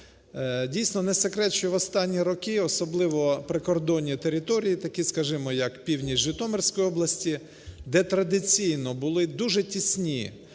Дійсно, не секрет, що в останні роки, особливо прикордонні території такі, скажімо, як північ Житомирської області, де традиційно були дуже тісні